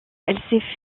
elle